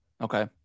Okay